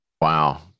Wow